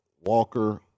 Walker